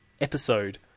episode